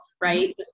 right